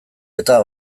eta